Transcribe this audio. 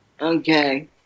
Okay